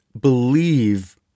believe